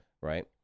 Right